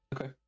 Okay